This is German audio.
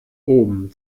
oben